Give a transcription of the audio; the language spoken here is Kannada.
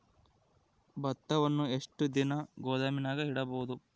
ಭತ್ತವನ್ನು ಎಷ್ಟು ದಿನ ಗೋದಾಮಿನಾಗ ಇಡಬಹುದು?